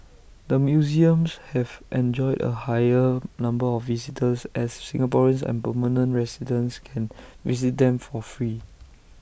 the museums have enjoyed A higher number of visitors as Singaporeans and permanent residents can visit them for free